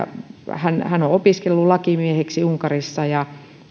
hän on opiskellut lakimieheksi unkarissa ja